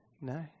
No